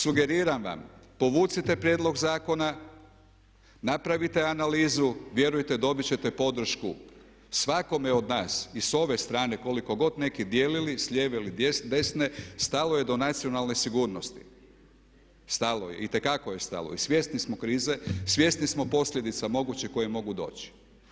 Sugeriram vam povucite prijedlog zakona, napravite analizu, vjerujte dobit ćete podršku svakome od nas i s ove strane koliko god neki dijelili s lijeve ili desne stalo je do nacionalne sigurnosti, stalo je, itekako je stalo i svjesni smo krize, svjesni smo posljedica mogućih koje mogu doći.